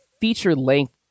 feature-length